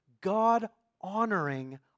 God-honoring